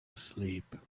asleep